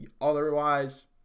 Otherwise